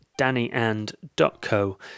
dannyand.co